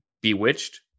bewitched